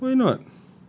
ya why not